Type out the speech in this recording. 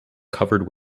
covered